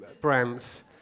brands